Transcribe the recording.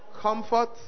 comfort